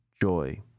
joy